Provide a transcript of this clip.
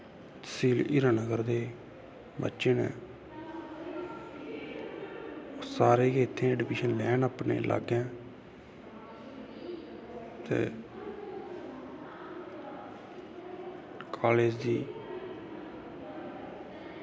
तसील हीरनगर दे बच्चे न सारे गै इत्थें अडमिशन लैन अपनै लाग्गै कालेज दी